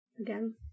Again